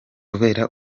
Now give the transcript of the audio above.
kubera